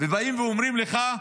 ובאים ואומרים לך,